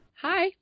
Hi